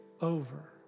over